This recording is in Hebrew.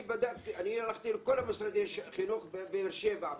אני הלכתי למשרד החינוך בבאר שבע.